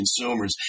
consumers